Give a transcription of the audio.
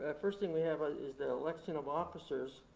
ah first thing we have ah is the election of officers.